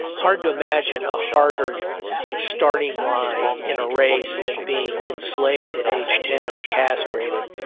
hard to imagine a harder starting line in a race than being enslaved at age ten and castrated.